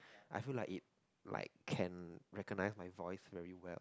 I feel like it like can recognize my voice very well